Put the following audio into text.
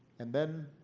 and then